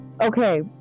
Okay